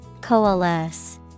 Coalesce